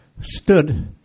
stood